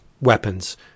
weapons